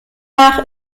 nach